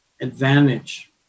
advantage